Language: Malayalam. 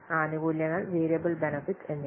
ആനുകൂല്യങ്ങൾ വേരിയബിൾ ബെനെഫിറ്റ് എന്നിവ